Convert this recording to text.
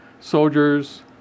soldiers